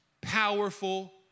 powerful